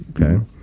Okay